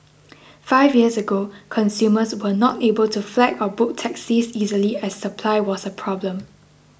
five years ago consumers were not able to flag or book taxis easily as supply was a problem